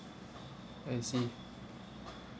I see